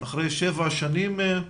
אחרי שבע שנים?